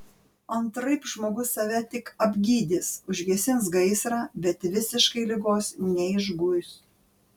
antraip žmogus save tik apgydys užgesins gaisrą bet visiškai ligos neišguis